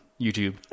youtube